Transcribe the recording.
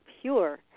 pure